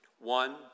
One